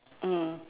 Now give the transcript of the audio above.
mm